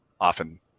often